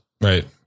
Right